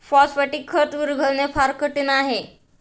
phosphatic खत विरघळणे फार कठीण आहे